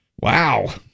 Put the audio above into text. Wow